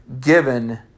given